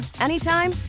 anytime